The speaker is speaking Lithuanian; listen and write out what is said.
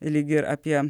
lyg ir apie